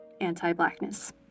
anti-blackness